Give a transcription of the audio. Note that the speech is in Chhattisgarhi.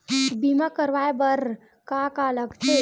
बीमा करवाय बर का का लगथे?